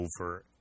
over